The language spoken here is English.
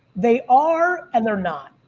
they are and they're not.